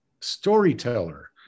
storyteller